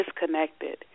disconnected